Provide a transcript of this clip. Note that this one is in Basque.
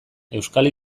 euskal